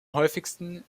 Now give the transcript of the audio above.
häufigsten